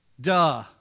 duh